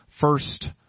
first